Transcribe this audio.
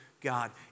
God